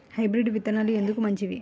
Hybrid విత్తనాలు ఎందుకు మంచివి?